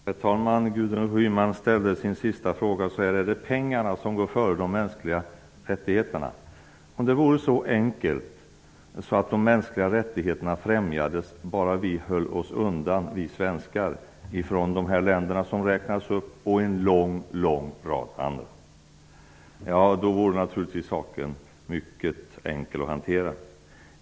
Herr talman! Gudrun Schyman frågade i sin sista fråga om det är pengarna som går före de mänskliga rättigheterna. Om det vore så enkelt att de mänskliga rättigheterna främjades om vi svenskar höll oss undan från de länder som räknades upp och en lång rad andra vore saken naturligtvis mycket enkel att hantera.